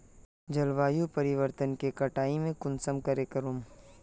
जलवायु परिवर्तन के कटाई में कुंसम करे करूम?